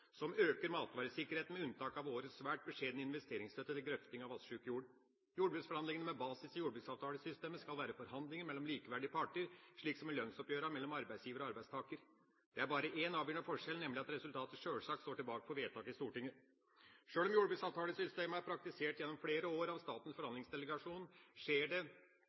som øker matvaresikkerheten, med unntak av årets svært beskjedne investeringsstøtte til grøfting av vassjuk jord. Jordbruksforhandlingene, med basis i jordbruksavtalesystemet, skal være forhandlinger mellom likeverdige parter, slik som i lønnsoppgjørene mellom arbeidsgiver og arbeidstaker. Det er bare én avgjørende forskjell, nemlig at resultatet sjølsagt står tilbake for vedtak i Stortinget. Slik som jordbruksavtalesystemet er praktisert gjennom flere år av statens forhandlingsdelegasjon, skjer det